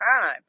time